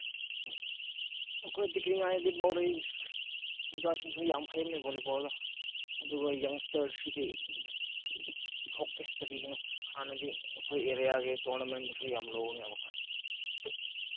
ꯎꯝ ꯑꯩꯈꯣꯏ ꯄꯤꯛꯏꯉꯥꯏꯗꯤ ꯄꯥꯎꯔꯩ ꯈꯨꯟꯖꯥꯁꯤꯡꯁꯨ ꯌꯥꯝ ꯍꯩꯕꯅꯤ ꯚꯣꯂꯤꯕꯣꯜꯗꯣ ꯑꯗꯨꯒ ꯌꯪ ꯏꯁꯇꯔꯁꯤꯗꯤ ꯊꯣꯛꯇꯦ ꯀꯔꯤꯒꯤꯅꯣ ꯍꯥꯟꯅꯗꯤ ꯑꯩꯈꯣꯏ ꯑꯦꯔꯤꯌꯥꯒꯤ ꯇꯣꯔꯅꯥꯃꯦꯟꯗꯁꯨ ꯌꯥꯝ ꯂꯧꯕꯅꯦ ꯃꯈꯣꯏ